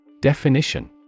Definition